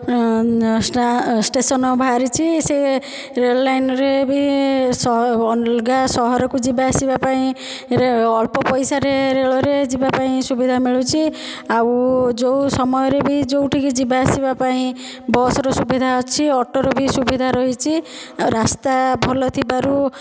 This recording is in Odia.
ଷ୍ଟେସନ୍ ବାହାରିଛି ସେ ରେଳ ଲାଇନ୍ରେ ବି ଅଲଗା ସହରକୁ ଯିବା ଆସିବା ପାଇଁ ଅଳ୍ପ ପଇସାରେ ରେଳରେ ଯିବା ପାଇଁ ସୁବିଧା ମିଳୁଛି ଆଉ ଯେଉଁ ସମୟରେ ବି ଯେଉଁଠି ଯିବା ଆସିବା ପାଇଁ ବସ୍ର ସୁବିଧା ଅଛି ଅଟୋର ବି ସୁବିଧା ରହିଛି ରାସ୍ତା ଭଲ ଥିବାରୁ